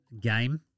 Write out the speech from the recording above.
game